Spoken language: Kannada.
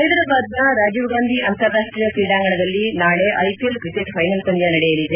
ಹೈದ್ರಾಬಾದ್ನ ರಾಜೀವ್ ಗಾಂಧಿ ಅಂತಾರಾಷ್ಟೀಯ ಕ್ರೀಡಾಂಗಣದಲ್ಲಿ ನಾಳೆ ಐಪಿಎಲ್ ಕ್ರಿಕೆಟ್ ಫೈನಲ್ ಪಂದ್ಯ ನಡೆಯಲಿದೆ